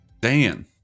dan